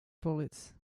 bullets